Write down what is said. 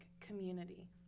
community